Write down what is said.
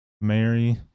Mary